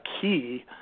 key